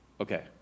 okay